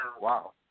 Wow